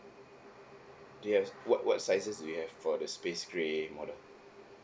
do you have what what sizes do you have for the space grey model